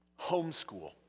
homeschool